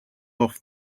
off